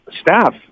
staff